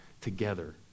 together